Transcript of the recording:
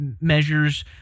measures